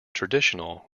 traditional